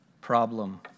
problem